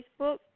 Facebook